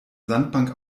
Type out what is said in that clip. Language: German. sandbank